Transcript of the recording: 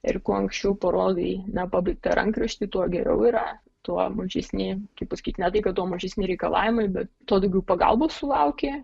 ir kuo anksčiau parodei nepabaigtą rankraštį tuo geriau yra tuo mažesni kaip pasakyti ne tai kad tuo mažesni reikalavimai bet tuo daugiau pagalbos sulauki